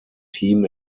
team